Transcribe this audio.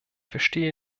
verstehe